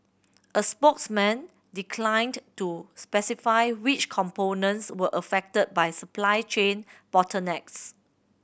a spokesman declined to specify which components were affected by supply chain bottlenecks